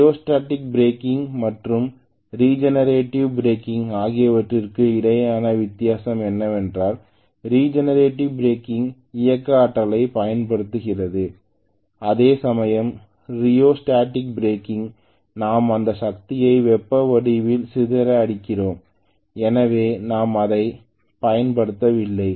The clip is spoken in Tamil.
ரியோஸ்டேடிக் பிரேக்கிங் மற்றும் ரிஜெனரேட்டிவ் பிரேக்கிங் ஆகியவற்றுக்கு இடையேயான வித்தியாசம் என்னவென்றால் ரிஜெனரேட்டிவ் பிரேக்கிங் இயக்க ஆற்றலை பயன்படுத்துகிறது அதேசமயம் ரியோஸ்டேடிக் பிரேக்கிங்கில் நாம் அந்த சக்தியை வெப்ப வடிவில் சிதர அடிக்கிறோம் எனவே நாம் அதைப் பயன்படுத்தவில்லை